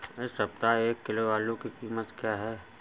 इस सप्ताह एक किलो आलू की कीमत क्या है?